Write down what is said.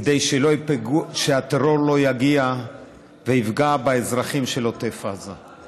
כדי שהטרור לא יגיע ויפגע באזרחים של עוטף עזה.